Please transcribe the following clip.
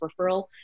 referral